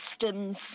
systems